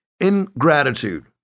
Ingratitude